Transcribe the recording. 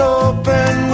open